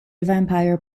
vampire